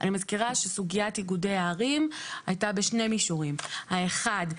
אני מזכירה שסוגיית איגודי הערים הייתה בשני מישורים: האחד,